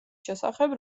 შესახებ